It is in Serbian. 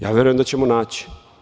Ja verujem da ćemo naći.